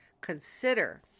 consider